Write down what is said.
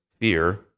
fear